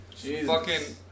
Jesus